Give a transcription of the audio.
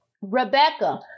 Rebecca